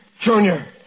Junior